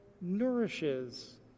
nourishes